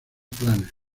planes